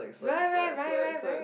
right right right right right